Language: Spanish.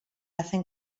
hacen